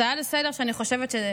עכשיו, למרות כל מה שאמרתי,